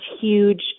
huge